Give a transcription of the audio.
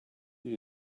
you